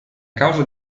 causa